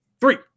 Three